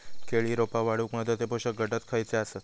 केळी रोपा वाढूक महत्वाचे पोषक घटक खयचे आसत?